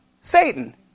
Satan